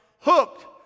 hooked